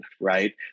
right